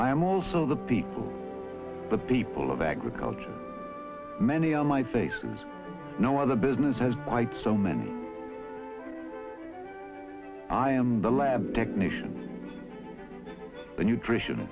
i am also the people the people of agriculture many on my face there's no other business has bite so many i am the lab technician the nutrition